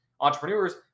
Entrepreneurs